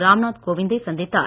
ராம் நாத் கோவிந்தை சந்தித்தார்